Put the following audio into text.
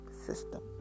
system